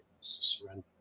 surrender